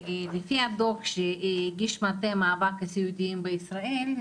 לפי הדו"ח שהגיש ראש מטה המאבק לסיעודיים בישראל,